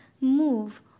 move